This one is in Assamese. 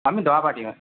আমি দৰা পাৰ্টি হয়